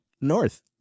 north